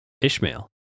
Ishmael